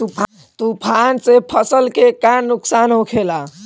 तूफान से फसल के का नुकसान हो खेला?